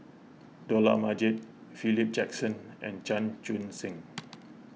Dollah Majid Philip Jackson and Chan Chun Sing